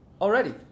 Already